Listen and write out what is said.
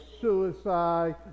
suicide